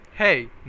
Hey